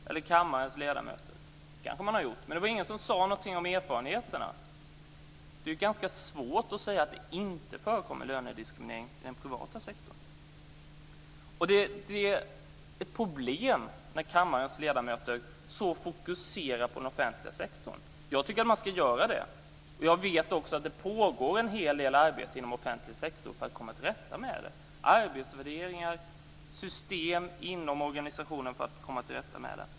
Det har man kanske gjort, men det var ingen som sade någonting om erfarenheterna. Det är ganska svårt att säga att det inte förekommer lönediskriminering i den privata sektorn. Det blir ett problem när kammarens ledamöter så fokuserar på den offentliga sektorn. Men jag tycker att man ska göra det. Jag vet också att det pågår en hel del arbete inom den offentliga sektorn för att komma till rätta med det, t.ex. arbetsvärderingar och system inom organisationen för att komma till rätta med det.